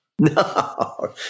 No